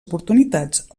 oportunitats